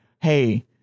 hey